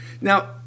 Now